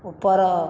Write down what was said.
ଉପର